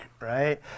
right